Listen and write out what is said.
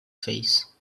face